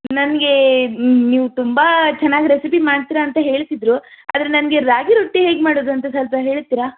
ನನ್ಗೆ ನೀವು ತುಂಬ ಚೆನ್ನಾಗಿ ರೆಸಿಪಿ ಮಾಡ್ತೀರ ಅಂತ ಹೇಳ್ತಿದ್ದರು ಆದರೆ ನನಗೆ ರಾಗಿ ರೊಟ್ಟಿ ಹೇಗೆ ಮಾಡುವುದಂತ ಸ್ವಲ್ಪ ಹೇಳ್ತೀರಾ